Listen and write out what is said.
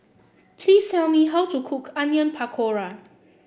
please tell me how to cook Onion Pakora